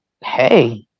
hey